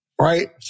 right